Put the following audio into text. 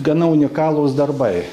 gana unikalūs darbai